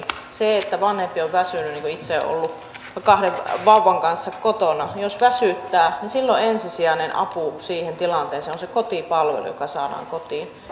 kun vanhempi on väsynyt niin kuin itse olen ollut kahden vauvan kanssa kotona eli jos väsyttää niin silloin ensisijainen apu siihen tilanteeseen on se kotipalvelu joka saadaan kotiin